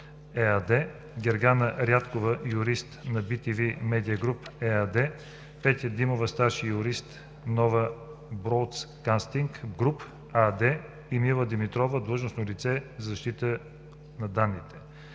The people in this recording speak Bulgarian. ЕАД, Гергана Рядкова – юрист на bTV „Медиа Груп“ ЕАД, Петя Димова – старши юрист в „Нова Броудкастинг Груп“ АД, и Мила Димитрова – длъжностно лице по защита на данните